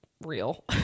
real